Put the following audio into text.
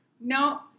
No